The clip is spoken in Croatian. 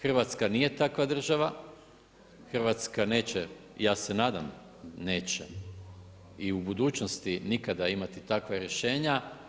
Hrvatska nije takva država, Hrvatska neće, ja se nadam neće i u budućnosti nikada imati takva rješenje.